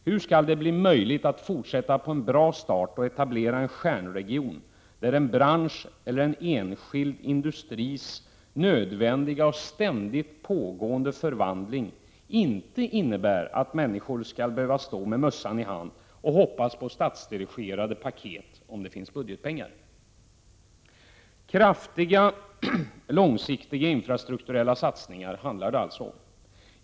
Hur skall det bli möjligt att fortsätta på en bra start och etablera en stjärnregion, där en bransch eller enskild industris nödvändiga och ständigt pågående förvandling inte innebär att människor skall behöva stå med mössan i hand och hoppas på statsdirigerade paket, om det finns budgetpengar? Kraftfulla, långsiktiga infrastrukturella satsningar är alltså vad det handlar om.